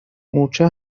مورچه